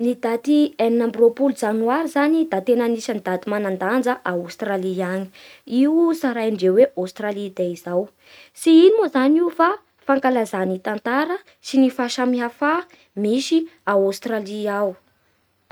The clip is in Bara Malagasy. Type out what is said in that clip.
Ny daty enina amby roapolo janoary zany da tena anisan'ny daty manan-danja a Aostralia agny. Io tsaraindreo hoe Australy day izao. Tsy ino moa io zany fa fankalazany ny tantara sy ny fahasamihafà misy ao Australie ao.